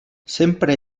sempre